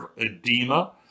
edema